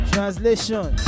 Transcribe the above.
Translation